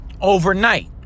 Overnight